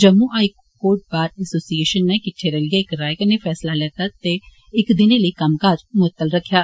Jammu high court bar association नै किट्टै रलियै इक राए कन्नै फैसला कीता ते इक्क दिनें लेई कम्मकाज मुअत्तल रक्खेआ